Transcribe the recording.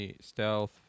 stealth